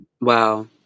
wow